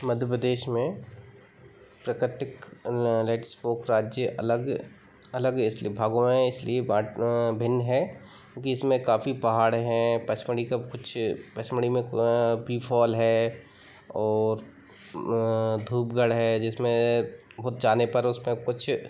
मध्य प्रदेश में प्राकृतिक लेडस्पोक राज्य अलग अलग है इसलिए भगवा हैं इसलिए बँट भिन्न है क्योंकि इसमें काफ़ी पहाड़ हैं पचमढ़ी का भी कुछ पचमढ़ी में बी फ़ॉल है और धूपगढ़ है जिसमें वहाँ जाने पर उसमें कुछ